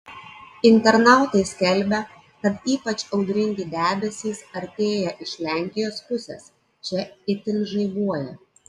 internautai skelbia kad ypač audringi debesys artėja iš lenkijos pusės čia itin žaibuoja